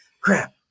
crap